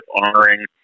honoring